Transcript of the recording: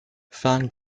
fang